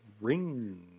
ring